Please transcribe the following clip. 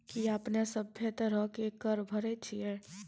कि अपने सभ्भे तरहो के कर भरे छिये?